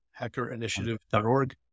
hackerinitiative.org